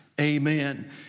amen